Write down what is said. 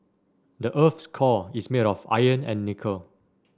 the earth's core is made of iron and nickel